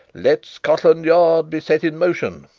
let scotland yard be set in motion.